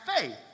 faith